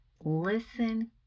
listen